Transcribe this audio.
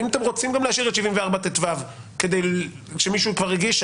או אם אתם גם רוצים להשאיר את 74טו כדי שמישהו כבר הגיש,